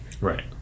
Right